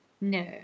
No